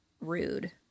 Rude